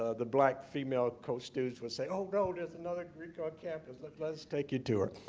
ah the black female co-students would say, oh no, there's another greek on campus, but let's take you to her.